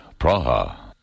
Praha